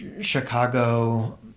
Chicago